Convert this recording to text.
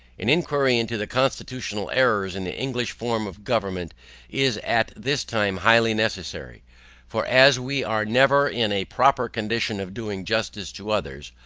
an inquiry into the constitutional errors in the english form of government is at this time highly necessary for as we are never in a proper condition of doing justice to others,